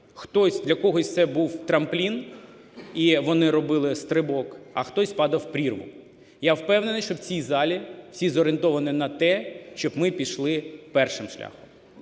Для когось це був трамплін, і вони робили стрибок, а хтось падав в прірву. Я впевнений, що в цій залі всі зорієнтовані на те, щоб ми пішли першим шляхом.